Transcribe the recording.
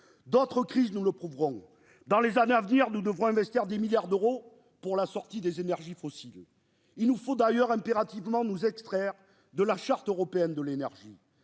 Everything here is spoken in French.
d'autres crises nous le prouverons dans les années à venir, nous devrons investir 10 milliards d'euros pour la sortie des énergies fossiles, il nous faut d'ailleurs impérativement nous extraire de la charte européenne de l'énergie,